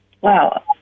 wow